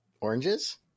oranges